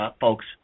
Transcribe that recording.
Folks